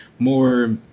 more